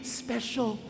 special